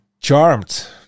charmed